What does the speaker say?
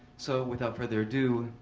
so, without further ado,